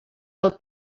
del